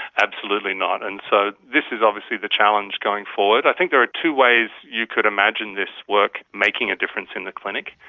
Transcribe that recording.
absolutely not. and so this is obviously the challenge going forward. i think there are two ways you could imagine this work making a difference in the clinic.